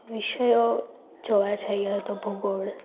વિષયો જોવા જાઈએ તો ભૂગોળ